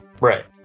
Right